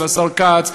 השר כץ,